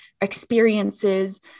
experiences